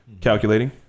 Calculating